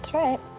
right.